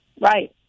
right